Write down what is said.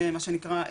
מה שנקרא,